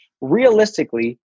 Realistically